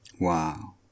Wow